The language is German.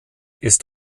ist